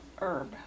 herb